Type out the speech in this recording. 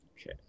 Okay